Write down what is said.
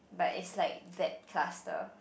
but it's like that cluster